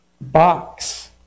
box